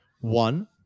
One